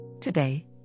Today